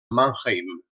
mannheim